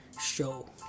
show